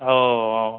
ও ও